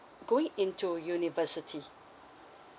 going into university